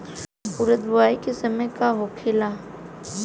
उरद बुआई के समय का होखेला?